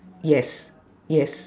yes yes